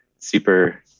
super